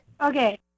Okay